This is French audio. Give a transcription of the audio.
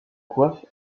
coiffe